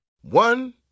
One